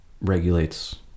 regulates